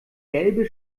gelbe